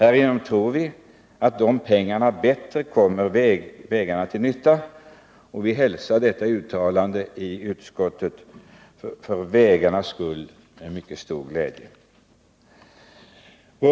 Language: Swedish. Vi tror att de pengarna härigenom bättre kommer vägarna till nytta, och vi hälsar detta uttalande av utskottet för vägarnas skull med mycket stor glädje.